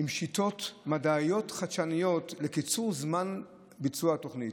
עם שיטות מדעיות חדשניות לקיצור זמן ביצוע התוכנית,